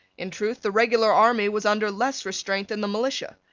in truth the regular army was under less restraint than the militia.